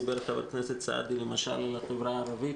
חבר הכנסת סעדי דיבר, למשל, על החברה הערבית.